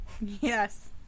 Yes